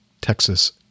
Texas